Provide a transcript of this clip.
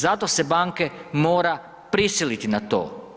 Zato se banke mora prisiliti na to.